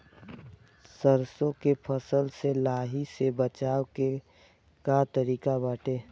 सरसो के फसल से लाही से बचाव के का तरीका बाटे?